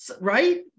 right